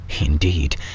indeed